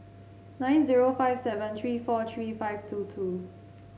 nine zero five seven three four three five two two